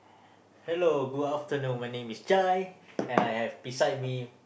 hello good afternoon my name is Chai and I have beside me